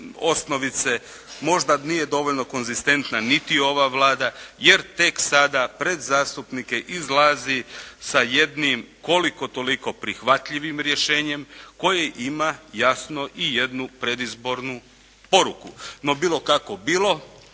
osnovice. Možda nije dovoljno konzistentna niti ova Vlada jer tek sada pred zastupnike izlazi sa jednim koliko toliko prihvatljivim rješenjem koji ima jasno i jednu predizbornu poruku. No bilo kako bilo